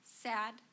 sad